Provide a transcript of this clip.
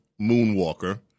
moonwalker